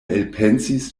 elpensis